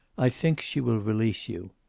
i think she will release you.